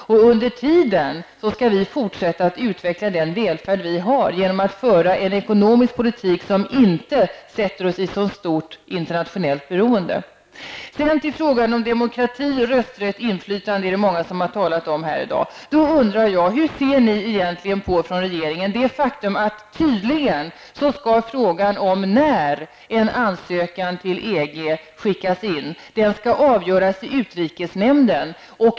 Under tiden skall vi fortsätta att utveckla den välfärd vi har genom att föra en ekonomisk politik som inte sätter oss i ett så stort internationellt beroende. Frågan om demokrati, rösträtt och inflytande har många talat om i dag. Jag undrar hur regeringen egentligen ser på det faktum att frågan om när en ansökan till EG skickas in tydligen skall avgöras i utrikesnämnden.